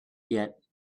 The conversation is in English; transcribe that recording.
yet